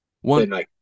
One